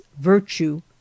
virtue